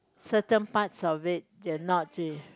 certain parts of it they're not